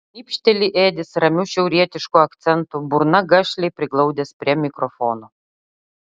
šnipšteli edis ramiu šiaurietišku akcentu burną gašliai priglaudęs prie mikrofono